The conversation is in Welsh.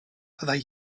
byddai